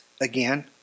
again